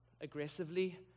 aggressively